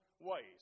ways